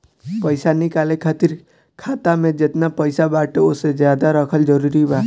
पईसा निकाले खातिर खाता मे जेतना पईसा बाटे ओसे ज्यादा रखल जरूरी बा?